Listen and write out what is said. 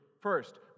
First